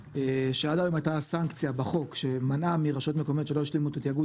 שעד היום הייתה סנקציה בחוק שמנעה מרשות מקומית שלא השלימה את התיאגוד